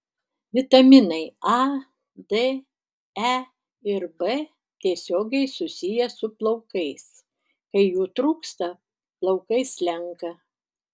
vitaminai a d e ir b tiesiogiai susiję su plaukais kai jų trūksta plaukai slenka